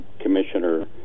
commissioner